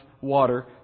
water